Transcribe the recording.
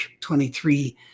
23